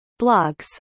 blogs